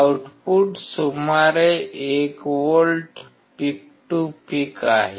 output सुमारे 1 volt peak to peak आहे